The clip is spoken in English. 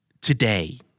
Today